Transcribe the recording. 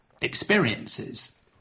experiences